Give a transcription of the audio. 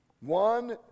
one